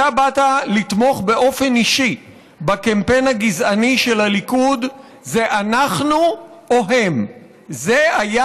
אתה באת לתמוך באופן אישי בקמפיין הגזעני של הליכוד: זה אנחנו או הם.